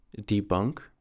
debunk